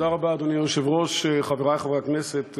אדוני היושב-ראש, תודה רבה, חברי חברי הכנסת,